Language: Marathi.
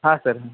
हा सर हां